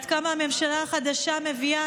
עד כמה הממשלה החדשה מביאה,